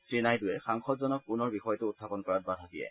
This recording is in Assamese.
শ্ৰীনাইডুৱে সাংসদজনক পুনৰ বিষয়টো উখাপন কৰাত বাধা দিয়ে